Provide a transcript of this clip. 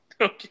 Okay